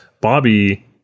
Bobby